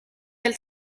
del